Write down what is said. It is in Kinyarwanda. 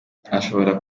ashobora